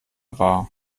war